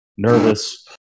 Nervous